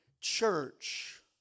church